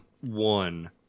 one